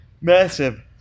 massive